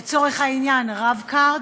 לצורך העניין "רב-קארד",